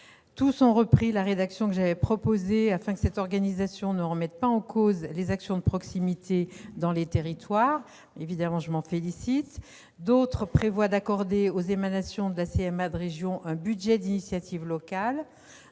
Tous ont repris la rédaction que j'avais proposée afin que cette organisation ne remette pas en cause les actions de proximité dans les territoires. Évidemment, je m'en félicite. Certains prévoient d'accorder aux émanations de la CMA de région un budget d'initiative locale.